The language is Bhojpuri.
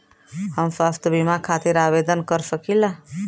हम स्वास्थ्य बीमा खातिर आवेदन कर सकीला?